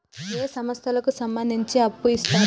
ఏ సంస్థలకు సంబంధించి అప్పు ఇత్తరు?